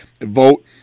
vote